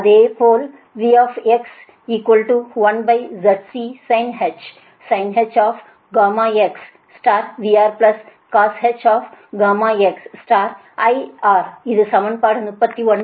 அதேபோல் Ix1Zc sinh γxVRcosh γxIR இது சமன்பாடு 39